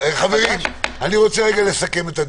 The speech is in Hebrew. חברים, אני רוצה לסכם את הדיון.